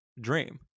dream